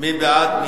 מי בעד?